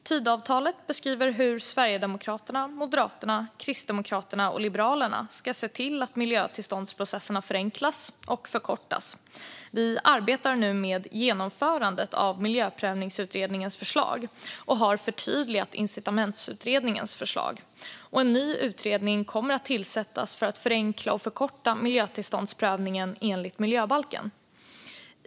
Tidöavtalet beskriver hur Sverigedemokraterna, Moderaterna, Kristdemokraterna och Liberalerna ska se till att miljötillståndsprocesserna förenklas och förkortas. Vi arbetar nu med genomförandet av Miljöprövningsutredningens förslag och har förtydligat incitamentsutredningens uppdrag. En ny utredning kommer att tillsättas för att förenkla och förkorta miljötillståndsprövningen enligt miljöbalken.